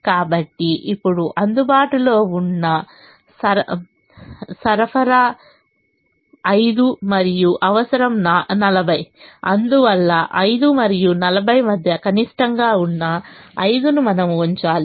కాబట్టి ఇప్పుడు అందుబాటులో ఉన్న సరఫరా 5 మరియు అవసరం 40 అందువల్ల 5 మరియు 40 మధ్య కనిష్టంగా ఉన్న 5 ను మనం ఉంచాలి